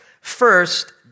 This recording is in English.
First